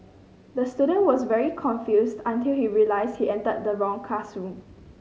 the student was very confused until he realised he entered the wrong classroom